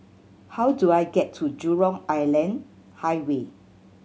how do I get to Jurong Island Highway